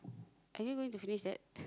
are you going to finish that